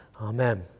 Amen